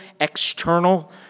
external